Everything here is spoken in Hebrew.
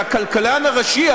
שהכלכלן הראשי,